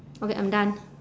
okay I'm done